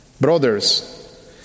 Brothers